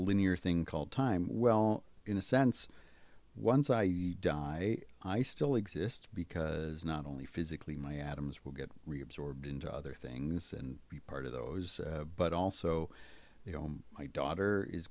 linear thing called time well in a sense once i die i still exist because not only physically my atoms will get reabsorbed into other things and be part of those but also you know my daughter is